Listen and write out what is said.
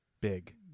big